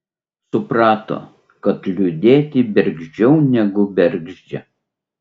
suprato kad liūdėti bergždžiau negu bergždžia